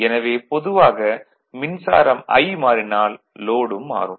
எனவே பொதுவாக மின்சாரம் I மாறினால் லோட் உம் மாறும்